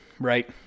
Right